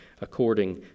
according